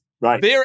Right